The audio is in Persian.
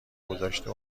گذاشته